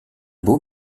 beau